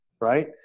Right